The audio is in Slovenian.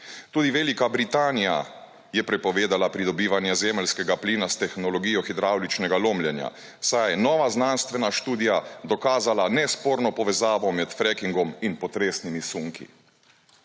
Tudi Velika Britanija je prepovedala pridobivanje zemeljskega plina s tehnologijo hidravličnega lomljenja, saj je nova znanstvena študija dokazala nesporno povezavo med frekingom in potresnimi sunki.